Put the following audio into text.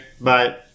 Bye